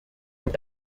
per